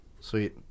sweet